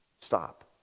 stop